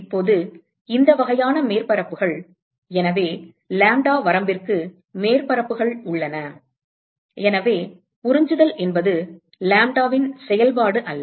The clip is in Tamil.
இப்போது இந்த வகையான மேற்பரப்புகள் எனவே லாம்ப்டா வரம்பிற்கு மேற்பரப்புகள் உள்ளன எனவே உறிஞ்சுதல் என்பது லாம்ப்டாவின் செயல்பாடு அல்ல